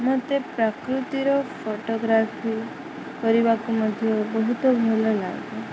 ମୋତେ ପ୍ରକୃତିର ଫଟୋଗ୍ରାଫି କରିବାକୁ ମଧ୍ୟ ବହୁତ ଭଲ ଲାଗେ